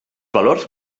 valors